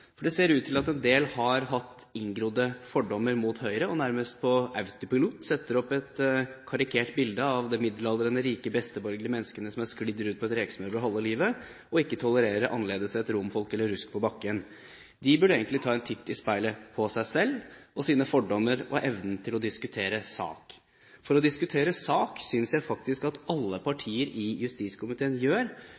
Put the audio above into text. hvert. Det ser ut til at en del har hatt inngrodde fordommer mot Høyre og nærmest på autopilot setter opp et karikert bilde av oss som middelaldrende, rike, besteborgerlige mennesker som har sklidd rundt på et rekesmørbrød halve livet, og ikke tolererer annerledeshet, romfolk eller rusk på bakken. De burde egentlig ta en titt i speilet på seg selv og sine fordommer og evnen til å diskutere sak. For å diskutere sak synes jeg faktisk at alle